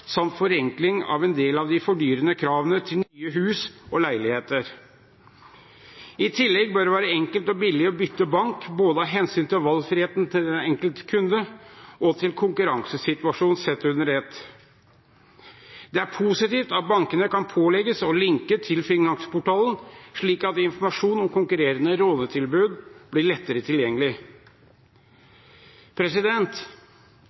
forenkling av en del av de fordyrende kravene til nye hus og leiligheter. I tillegg bør det være enkelt og billig å bytte bank, både av hensyn til valgfriheten til den enkelte kunde og til konkurransesituasjonen sett under ett. Det er positivt at bankene kan pålegges å linke til Finansportalen, slik at informasjon om konkurrerende lånetilbud blir lettere tilgjengelig.